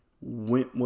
went